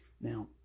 Now